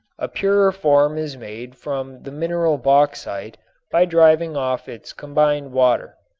a purer form is made from the mineral bauxite by driving off its combined water.